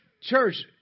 church